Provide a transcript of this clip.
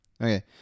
Okay